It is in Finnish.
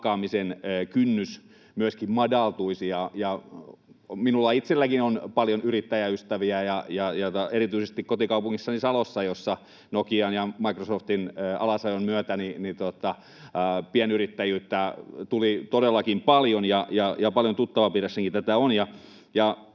palkkaamisen kynnys myöskin madaltuisi. Minulla itsellänikin on paljon yrittäjäystäviä, erityisesti kotikaupungissani Salossa, jossa Nokian ja Microsoftin alasajon myötä pienyrittäjyyttä tuli todellakin paljon, ja paljon tuttavapiirissänikin tätä on,